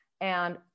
and-